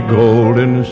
golden